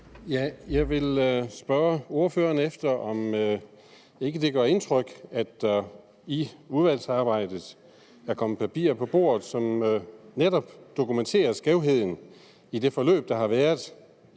Jeg vil spørge ordføreren, om det ikke gør indtryk, at der under udvalgsarbejdet er kommet papir på bordet, som netop dokumenterer skævheden i det forløb, der har været,